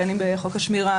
בין אם בחוק השמירה,